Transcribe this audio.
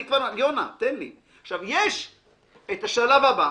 יש את השלב הבא,